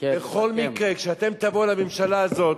בכל מקרה, כשאתם תבואו לממשלה הזאת,